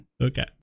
Okay